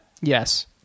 Yes